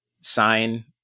sign